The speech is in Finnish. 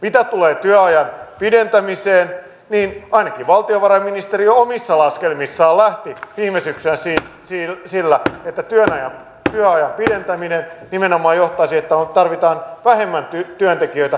mitä tulee työajan pidentämiseen niin ainakin valtiovarainministeriö omissa laskelmissaan lähti viime syksynä siitä että työajan pidentäminen nimenomaan johtaisi siihen että tarvitaan vähemmän työntekijöitä eli on vähemmän työpaikkoja